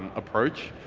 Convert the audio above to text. approach,